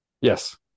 Yes